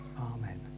Amen